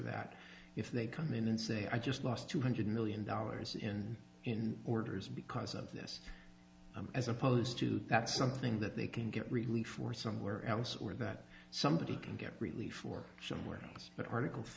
that if they come in and say i just lost two hundred million dollars in in orders because of this as opposed to that's something that they can get relief or somewhere else or that somebody can get relief work somewhere else but article